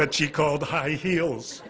that she called high heels